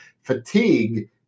fatigue